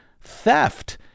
theft